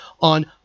on